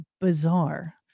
bizarre